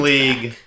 League